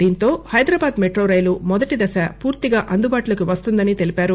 దీంతో Hyderabad metro rail మొదటి దశ పూర్తిగా అందుబాటులోకి వస్తుందని తెలిపారు